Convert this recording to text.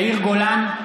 ניר ברקת, בעד יאיר גולן,